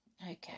okay